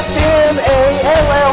S-M-A-L-L